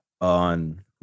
on